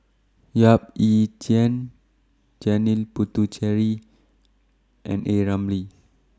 Yap Ee Chian Janil Puthucheary and A Ramli